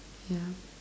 yeah